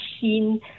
seen